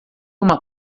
uma